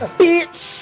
bitch